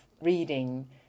reading